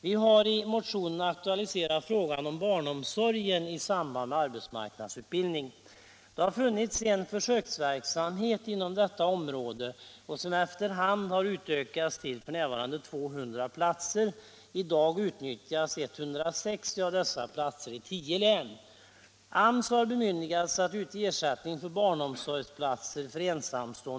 Vi har i motionen aktualiserat frågan om barnomsorgen i samband med arbetsmarknadsutbildning. Det har funnits en försöksverksamhet på detta Herr talman!